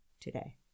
today